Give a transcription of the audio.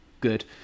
good